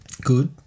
Good